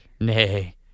Nay